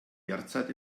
derzeit